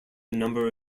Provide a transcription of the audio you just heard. number